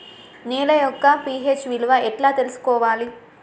నేల యొక్క పి.హెచ్ విలువ ఎట్లా తెలుసుకోవాలి?